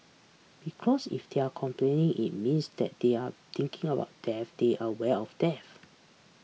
because if they are complaining it means that they are thinking about death they are aware of death